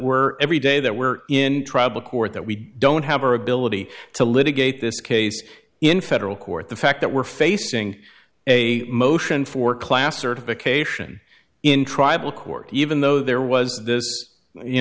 we're every day that we're in trouble court that we don't have our ability to litigate this case in federal court the fact that we're facing a motion for class or to vacation in tribal court even though there was this you